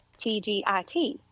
TGIT